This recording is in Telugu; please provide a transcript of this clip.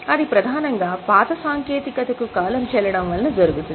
అది ప్రధానంగా పాత సాంకేతికతకు కాలం చెల్లడం వలన జరుగుతుంది